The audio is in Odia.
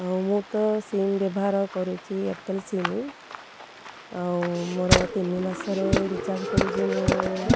ଆଉ ମୁଁ ତ ସିମ୍ ବ୍ୟବହାର କରୁଛି ଏୟାରଟେଲ୍ ସିମ୍ ଆଉ ମୋର ତିନି ମାସରେ ରିଚାର୍ଜ କରୁଛି ମୁଁ